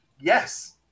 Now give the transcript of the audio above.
yes